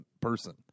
person